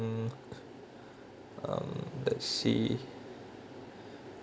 um um let's see